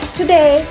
Today